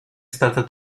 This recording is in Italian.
stata